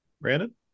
Brandon